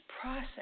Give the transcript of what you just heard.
process